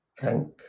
thank